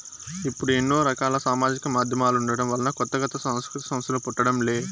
ఇప్పుడు ఎన్నో రకాల సామాజిక మాధ్యమాలుండటం వలన కొత్త కొత్త సాంస్కృతిక సంస్థలు పుట్టడం లే